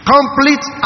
Complete